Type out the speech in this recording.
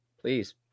please